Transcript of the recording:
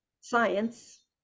science